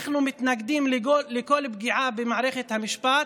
אנחנו מתנגדים לכל פגיעה במערכת המשפט,